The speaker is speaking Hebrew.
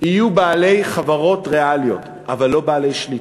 יהיו בעלי חברות ריאליות, אבל לא בעלי שליטה.